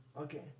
Okay